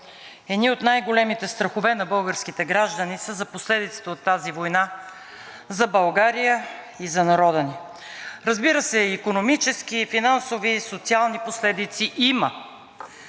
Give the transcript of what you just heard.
едни от най-големите страхове на българските граждани са за последиците от тази война за България и за народа ни. Разбира се, икономически, финансови и социални последици има,